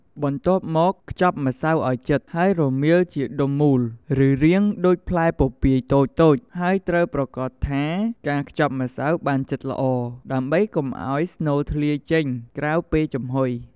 បន្ទាប់មក ខ្ទប់ម្សៅឲ្យជិត ហើយរមៀលជាដុំមូល ឬរាងដូចផ្លែពពាយតូចៗ ហើយត្រូវប្រាកដថាការខ្ទប់ម្សៅបានជិតល្អ ដើម្បីកុំឲ្យស្នូលធ្លាយចេញក្រៅពេលចំហុយ។